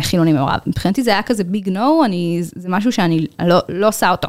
חילוני מעורב מבחינתי זה היה כזה ביג נו אני זה משהו שאני לא לא עושה אותו.